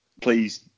Please